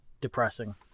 depressing